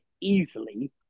Easily